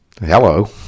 Hello